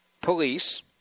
police